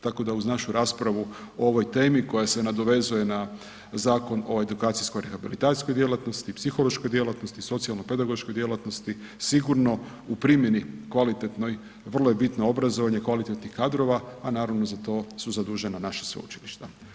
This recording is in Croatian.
Tako da uz našu raspravu o ovoj temi koja se nadovezuje na Zakon o edukacijsko rehabilitacijskoj djelatnosti, psihološkoj djelatnosti, socijalno-pedagoškoj djelatnosti sigurno u primjeni kvalitetnoj vrlo je bitno obrazovanje kvalitetnih kadrova, a naravno za to su zadužena naša sveučilišta.